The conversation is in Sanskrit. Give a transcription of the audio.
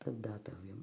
तद्दातव्यम्